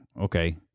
Okay